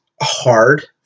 hard